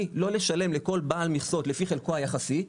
היא לא לשלם לכל בעל מכסות לפי חלקו היחסי,